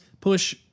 push